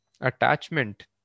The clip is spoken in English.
attachment